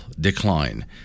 decline